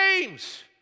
games